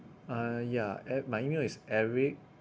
uh ya at my email is eric